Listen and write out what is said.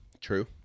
True